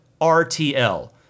RTL